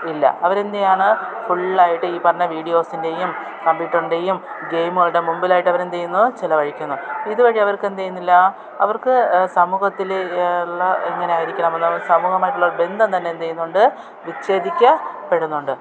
ഇല്ല അവരെ എന്തു ചെയ്യുകയാണ് ഫുള്ളായിട്ട് ഈ പറഞ്ഞ വീഡിയോസിൻ്റെയും കമ്പ്യൂട്ടറിൻ്റെയും ഗെയിമുകളുടെ മുമ്പിലായിട്ട് അവരെ എന്ത് ചെയ്യുന്നു ചിലവഴിക്കുന്നു ഇതുവഴി അവർക്ക് എന്ത് ചെയ്യുന്നില്ല അവർക്ക് സമൂഹത്തിലുള്ള ഇങ്ങനെയായിയിരിക്കണം നമ്മ സമൂഹമായിട്ടുള്ള ബന്ധം തന്നെ എന്തെയ്യുന്നുണ്ട് വിശഛേദിക്കപ്പെടുന്നുണ്ട്